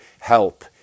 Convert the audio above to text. help